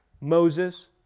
Moses